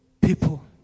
people